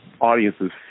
audience's